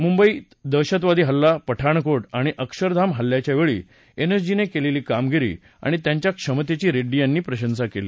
मुंबई दहशतवादी हल्ला पठाणकोट आणि अक्षरधाम हल्ल्याच्या वेळी एनएसजीनं केलेली कामगिरी आणि त्यांच्या क्षमतेची रेड्डी यांनी प्रशंसा केली